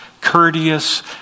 courteous